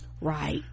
right